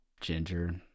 Ginger